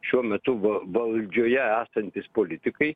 šiuo metu va valdžioje esantys politikai